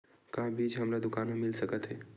का बीज हमला दुकान म मिल सकत हे?